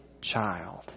child